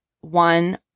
one